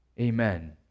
amen